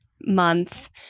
month